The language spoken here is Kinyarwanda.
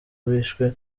bishwe